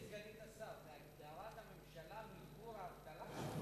גברתי סגנית השר, מאבק הממשלה במיגור האבטלה?